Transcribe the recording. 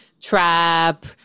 trap